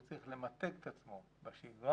הוא צריך למתג את עצמו בשגרה,